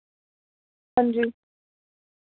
हांजी